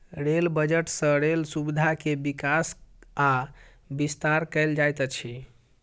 rail budget सँ rail सुविधा के विकास आ विस्तार कयल जाइत अछि